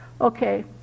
Okay